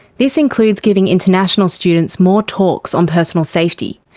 this includes giving international students more talks on personal safety.